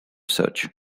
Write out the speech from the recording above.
search